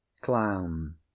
CLOWN